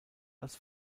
als